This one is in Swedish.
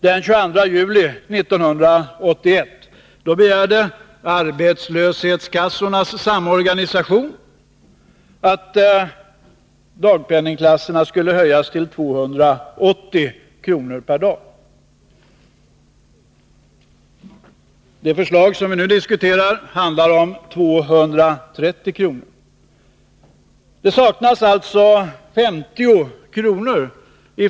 Den 22 juli 1981 begärde Arbetslöshetskassornas samorganisation en höjning till 280 kr. per dag. Det förslag som vi nu diskuterar gäller 230 kr. Det skiljer alltså 50 kr.